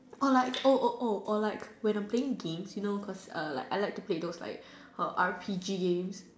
or like oh oh oh or like when I'm playing games you know cause err I like to play those like err R P G games